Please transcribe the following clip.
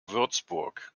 würzburg